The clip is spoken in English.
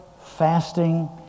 fasting